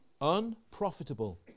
unprofitable